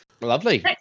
Lovely